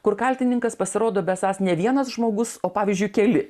kur kaltininkas pasirodo besąs ne vienas žmogus o pavyzdžiui keli